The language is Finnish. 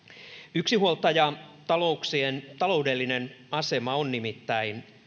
yksinhuoltajatalouksien taloudellinen asema on nimittäin